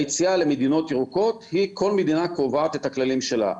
היציאה למדינות ירוקות היא כל מדינה קובעת את הכללים שלה.